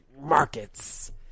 markets